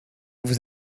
vous